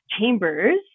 chambers